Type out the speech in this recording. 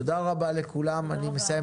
תודה רבה לכולם, הישיבה נעולה.